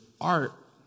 art